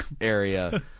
area